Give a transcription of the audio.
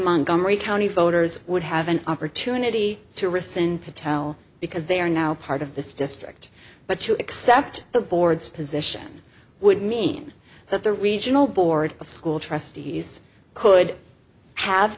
montgomery county voters would have an opportunity to rescind patel because they are now part of this district but to accept the board's position would mean that the regional board of school trustees could have